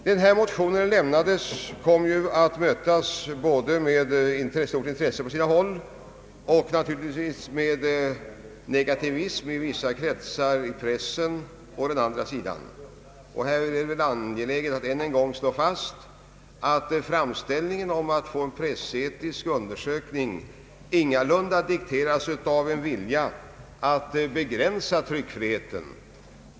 När denna motion lämnades kom den att mötas med mycket stort intresse på sina håll, men också med negativism i vissa kretsar inom pressen. Här är angeläget att ännu en gång slå fast att framställning om en pressetisk undersökning ingalunda dikteras av vilja att begränsa tryckfriheten.